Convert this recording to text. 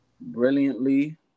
brilliantly